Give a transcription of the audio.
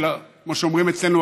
כמו שאומרים אצלנו,